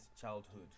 childhood